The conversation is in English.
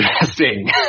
Interesting